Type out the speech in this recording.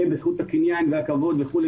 פגיעה בזכות הקניין והכבוד וכולי,